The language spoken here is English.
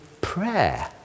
prayer